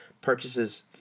purchases